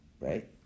Right